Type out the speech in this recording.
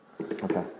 Okay